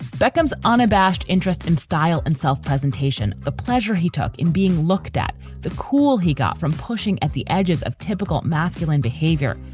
becomes unabashed interest and style and self presentation. the pleasure he took in being looked at, the cool he got from pushing at the edges of typical masculine behavior,